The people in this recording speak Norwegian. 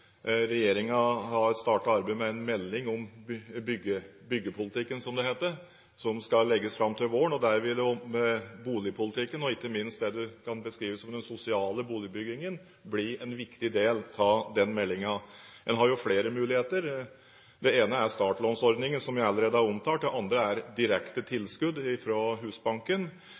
har startet arbeidet med en melding om byggepolitikken, som det heter, som skal legges fram til våren. Boligpolitikken, og ikke minst det man kan beskrive som den sosiale boligbyggingen, vil bli en viktig del av den meldingen. En har flere muligheter. Den ene er startlånsordningen, som jeg allerede har omtalt. Den andre er direkte tilskudd fra Husbanken.